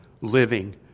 living